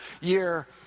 year